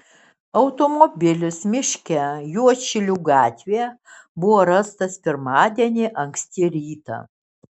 automobilis miške juodšilių gatvėje buvo rastas pirmadienį anksti rytą